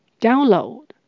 Download